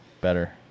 better